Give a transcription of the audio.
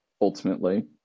ultimately